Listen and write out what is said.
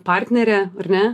partnerė ar ne